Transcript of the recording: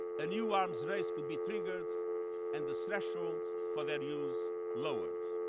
a new arms race could be triggered, and the threshold for their use lowered.